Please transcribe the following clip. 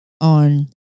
on